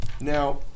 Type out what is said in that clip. Now